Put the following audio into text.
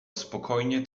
spokojnie